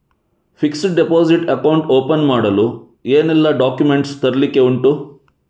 Fixed deposit account open ಮಾಡಲು ಏನೆಲ್ಲಾ documents ತರ್ಲಿಕ್ಕೆ ಉಂಟು?